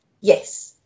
Yes